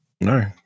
No